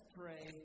pray